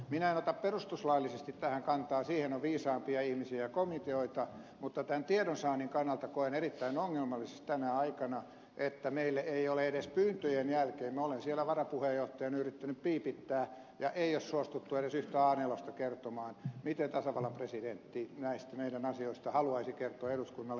minä en ota perustuslaillisesti tähän kantaa siihen on viisaampia ihmisiä ja komiteoita mutta tämän tiedonsaannin kannalta koen erittäin ongelmalliseksi tänä aikana sen että meille ei ole edes pyyntöjen jälkeen kerrottu minä olen siellä varapuheenjohtajana yrittänyt piipittää eikä ole suostuttu edes yhtä a nelosta kertomaan miten tasavallan presidentti näistä meidän asioistamme haluaisi kertoa eduskunnalle